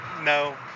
No